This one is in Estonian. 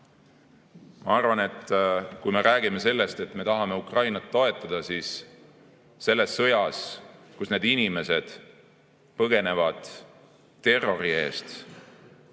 Ma arvan, et kui me räägime sellest, et me tahame Ukrainat toetada, siis selles sõjas, kus need inimesed põgenevad terrori eest,